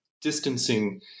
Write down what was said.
distancing